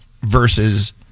versus